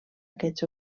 aquests